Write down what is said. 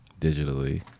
digitally